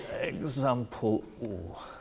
example